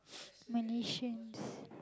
Malaysians